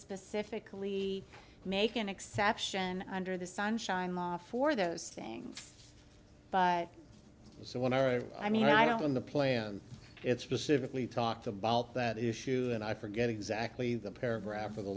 specifically make an exception under the sunshine law for those things but so when i write i mean i don't in the plan it's specifically talked about that issue and i forget exactly the paragraph or the